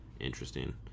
Interesting